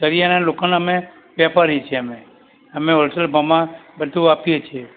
કરિયાણાના local અમે વેપારી છીએ અમે અમે હોલસેલ ભાવમાં બધું આપીએ છીએ